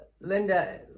Linda